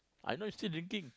I know you still drinking